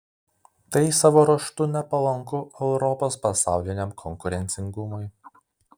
tai savo ruožtu nepalanku europos pasauliniam konkurencingumui